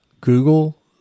Google